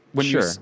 Sure